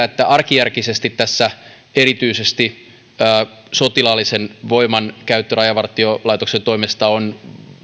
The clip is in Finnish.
että arkijärkisesti tässä erityisesti sotilaallisen voiman käyttö rajavartiolaitoksen toimesta on